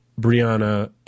Brianna